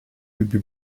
bibi